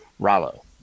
Rallo